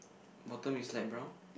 bottom is light brown